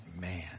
man